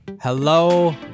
hello